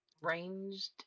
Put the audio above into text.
ranged